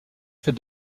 fait